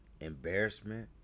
embarrassment